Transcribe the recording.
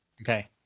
Okay